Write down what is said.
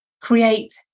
create